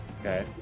Okay